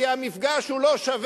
כי המפגש הוא לא שווה.